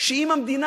שאם המדינה,